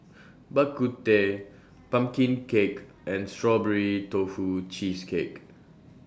Bak Kut Teh Pumpkin Cake and Strawberry Tofu Cheesecake